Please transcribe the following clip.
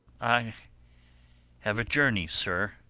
i have a journey, sir,